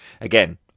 again